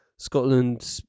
scotland